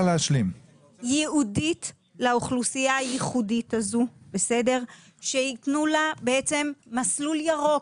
ייעודית לאוכלוסייה הייחודית הזו שייתנו לה מסלול ירוק,